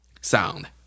sound